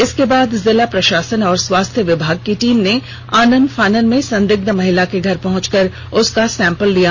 इसके बाद जिला प्रशासन और स्वास्थ्य विभाग की टीम ने आनन फानन में संदिग्ध महिला के घर पहुंचकर उसका सेंपल लिया